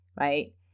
right